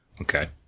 Okay